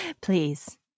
Please